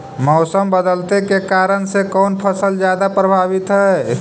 मोसम बदलते के कारन से कोन फसल ज्यादा प्रभाबीत हय?